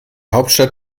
hauptstadt